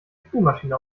spülmaschine